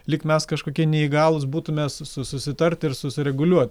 lyg mes kažkokie neįgalūs būtume su su susitart ir susireguliuot